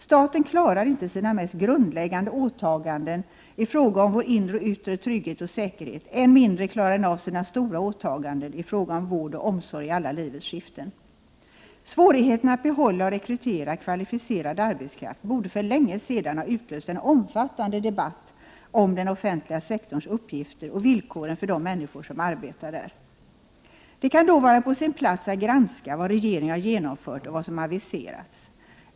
Staten klarar inte sina mest grundläggande åtaganden i fråga om vår inre och yttre trygghet och säkerhet. Än mindre klarar den av sina stora åtaganden i fråga om vård och omsorg i alla livets skiften. Svårigheterna att behålla och rekrytera kvalificerad arbetskraft borde för länge sedan ha utlöst en omfattande debatt om den offentliga sektorns uppgifter och villkoren för de människor som arbetar där. Det kan då vara på sin plats att granska vad regeringen har genomfört och vad som aviserats.